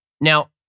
Now